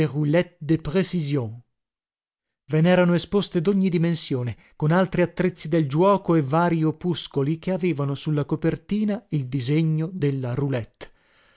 précision ve nerano esposte dogni dimensione con altri attrezzi del giuoco e varii opuscoli che avevano sulla copertina il disegno della roulette